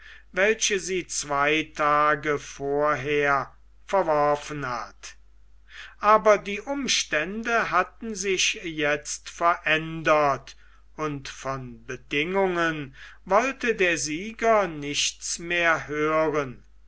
welche sie zwei tage vorher verworfen hat aber die umstände hatten sich jetzt verändert und von bedingungen wollte der sieger nichts mehr hören